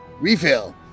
Refill